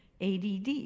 ADD